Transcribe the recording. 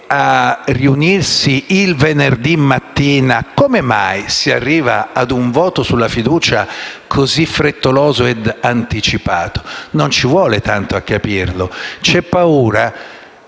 prossimo venerdì mattina, si arriva a un voto sulla fiducia così frettoloso e anticipato? Non ci vuole tanto a capirlo: c'è paura